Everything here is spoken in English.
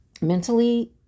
mentally